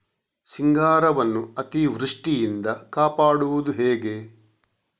ಸಿಂಗಾರವನ್ನು ಅತೀವೃಷ್ಟಿಯಿಂದ ಕಾಪಾಡುವುದು ಹೇಗೆ?